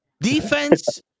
Defense